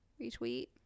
Retweet